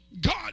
God